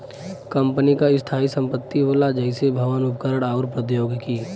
company क स्थायी संपत्ति होला जइसे भवन, उपकरण आउर प्रौद्योगिकी